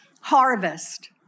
harvest